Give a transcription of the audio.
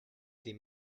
des